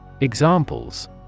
Examples